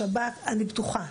אני בטוחה